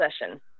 session